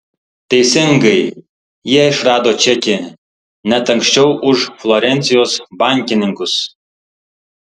teisingai jie išrado čekį net anksčiau už florencijos bankininkus